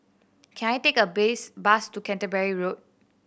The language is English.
can I take a base bus to Canterbury Road